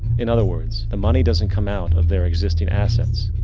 in other words, the money doesn't come out of their existing assets.